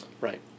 Right